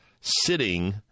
sitting